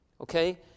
okay